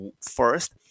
first